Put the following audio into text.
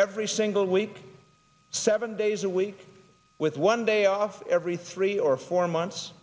every single week seven days a week with one day off every three or four months